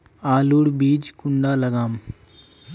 आलूर बीज कुंडा लगाम?